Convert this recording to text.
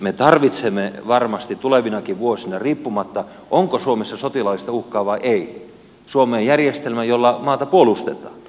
me tarvitsemme varmasti tulevinakin vuosina riippumatta siitä onko suomessa sotilaallista uhkaa vai ei suomeen järjestelmän jolla maata puolustetaan